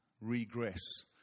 regress